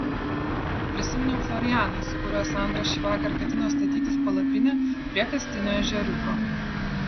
prisiminiau florianą su kuriuo sandra šįvakar ketino statytis palapinę prie kastinio ežeriuko